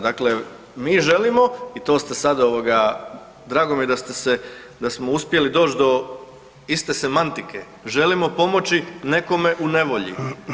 Dakle, mi želimo i to ste sada, drago mi je da ste smo uspjeli doći do iste semantike, želimo pomoći nekome u nevolji.